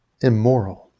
immoral